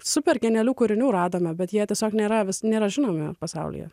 super genialių kūrinių radome bet jie tiesiog nėra vis nėra žinomi pasaulyje